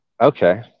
Okay